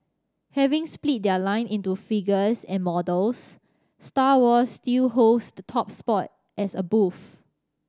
having split their line into figures and models Star Wars still holds the top spot as a booth